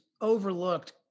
overlooked